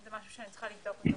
זה משהו שאני צריכה לבדוק אותו.